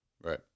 Right